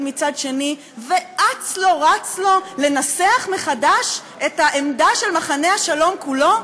מצד שני ואץ לו רץ לו לנסח מחדש את העמדה של מחנה השלום כולו?